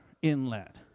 Inlet